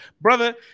Brother